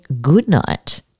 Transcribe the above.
goodnight